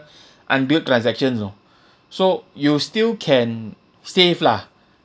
unbilled transactions you know so you still can save lah